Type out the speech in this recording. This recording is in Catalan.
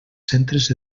centres